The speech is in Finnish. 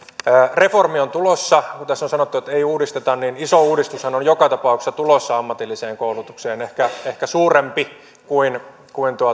reformi on tulossa kun tässä on sanottu että ei uudisteta niin iso uudistushan on joka tapauksessa tulossa ammatilliseen koulutukseen ehkä ehkä suurempi kuin kuin